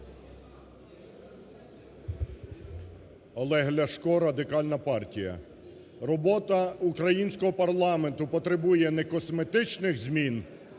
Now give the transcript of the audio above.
Олег Ляшко, Радикальна партія. Робота українського парламенту потребує не косметичних змін,